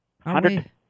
Hundred